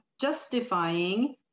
justifying